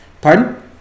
Pardon